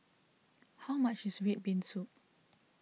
how much is Red Bean Soup